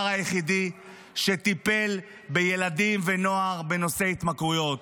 היחידי שטיפל בילדים ובנוער בנושא התמכרויות.